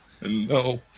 No